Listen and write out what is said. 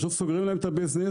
פשוט סוגרים להם את הביזנס,